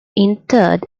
interred